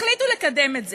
החליטו לקדם את זה.